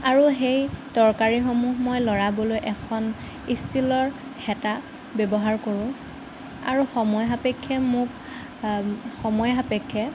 আৰু সেই তৰকাৰীসমূহ মই লৰাবলৈ এখন ষ্টীলৰ হেতা ব্যৱহাৰ কৰোঁ আৰু সময় সাপেক্ষে মোক সময় সাপেক্ষে